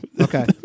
Okay